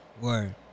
word